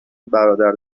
برادر